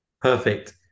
Perfect